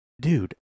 Dude